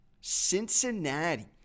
Cincinnati